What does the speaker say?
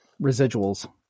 Residuals